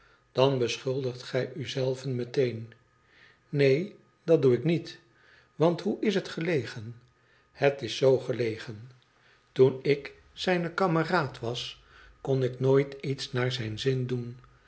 dan beschuldigt gij u zei ven meteen neen dat doe ik niet want hoe is het gelegen het is z gelegen toen ik zijn kameraad was kon ik nooit iets naar zijn zin doen